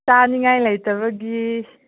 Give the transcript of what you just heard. ꯆꯥꯅꯤꯡꯉꯥꯏ ꯂꯩꯇꯕꯒꯤ